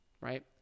right